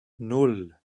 nan